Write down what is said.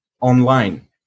online